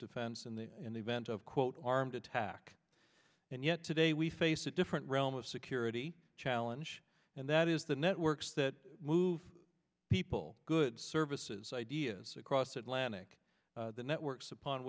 defense in the in the event of quote armed attack and yet today we face a different realm of security challenge and that is the networks that move people goods services ideas across the atlantic the networks upon